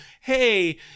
hey